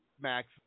Max